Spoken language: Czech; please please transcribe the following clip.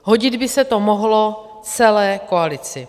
Hodit by se to mohlo celé koalici.